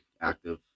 active